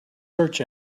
search